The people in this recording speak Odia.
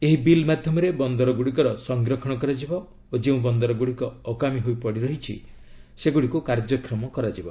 ଏହି ବିଲ୍ ମାଧ୍ୟମରେ ବନ୍ଦରଗୁଡ଼ିକର ସଂରକ୍ଷଣ କରାଯିବ ଓ ଯେଉଁ ବନ୍ଦର ଗୁଡ଼ିକ ଅକାମି ହୋଇ ପଡ଼ିରହିଛି ସେଗୁଡ଼ିକୁ କାର୍ଯ୍ୟକ୍ଷମ କରାଯିବ